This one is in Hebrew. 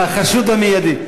החשוד המיידי.